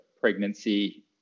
pregnancy